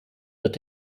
wird